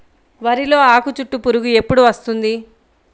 వరిలో ఆకుచుట్టు పురుగు ఎప్పుడు వస్తుంది?